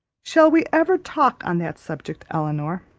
shall we ever talk on that subject, elinor?